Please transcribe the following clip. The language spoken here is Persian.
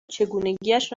چگونگیاش